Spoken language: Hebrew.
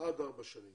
עד ארבע שנים.